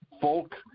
Folk